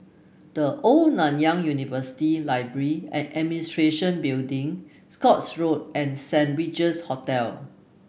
The Old Nanyang University Library And Administration Building Scotts Road and Saint Regis Hotel